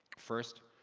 first,